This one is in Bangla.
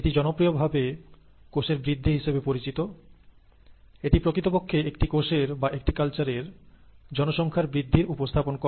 এটি জনপ্রিয় ভাবে কোষের বৃদ্ধি হিসেবে পরিচিত এটি প্রকৃতপক্ষে একটি কোষের বা একটি কালচারের সংখ্যার বৃদ্ধির উপস্থাপন করে